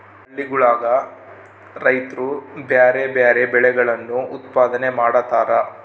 ಹಳ್ಳಿಗುಳಗ ರೈತ್ರು ಬ್ಯಾರೆ ಬ್ಯಾರೆ ಬೆಳೆಗಳನ್ನು ಉತ್ಪಾದನೆ ಮಾಡತಾರ